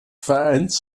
vereins